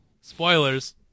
Spoilers